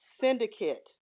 syndicate